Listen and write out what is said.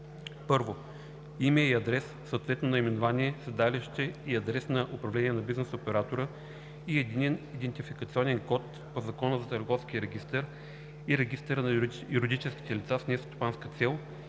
1: 1. име и адрес, съответно наименование, седалище и адрес на управление на бизнес оператора и единен идентификационен код по Закона за Търговския регистър и регистъра на юридическите лица с нестопанска цел